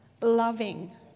loving